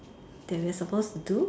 that we're supposed to do